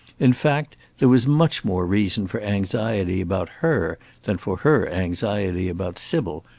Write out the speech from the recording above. in fact, there was much more reason for anxiety about her than for her anxiety about sybil,